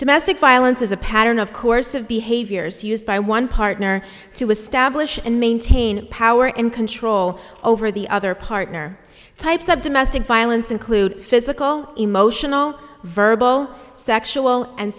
domestic violence is a pattern of course of behaviors used by one partner to establish and maintain power and control over the other partner types of domestic violence include physical emotional verbal sexual and